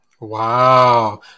wow